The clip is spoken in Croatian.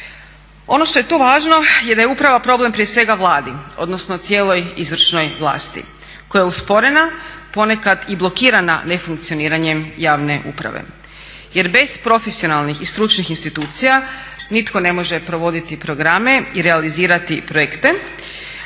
Ono što je tu važno je da je uprava problem prije svega Vladi, odnosno cijeloj izvršnoj vlasti koja je usporena, ponekad i blokirana nefunkcioniranjem javne uprave. Jer bez profesionalnih i stručnih institucija nitko ne može provoditi programe i realizirati projekte.